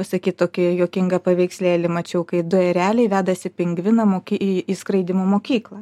pasakyt tokį juokingą paveikslėlį mačiau kai du ereliai vedasi pingviną moki į skraidymo mokyklą